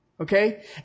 Okay